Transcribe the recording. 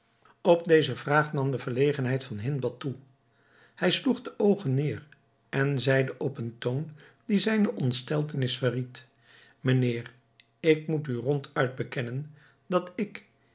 op deze vraag nam de verlegenheid van hindbad toe hij sloeg de oogen neêr en zeide op een toon die zijne ontsteltenis verried mijnheer ik moet u ronduit bekennen dat ik